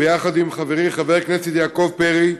יחד עם חברי חבר הכנסת יעקב פרי,